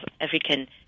African